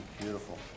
Beautiful